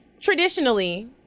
traditionally